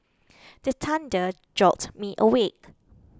the thunder jolt me awake